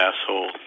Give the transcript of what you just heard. asshole